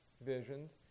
visions